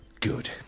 Good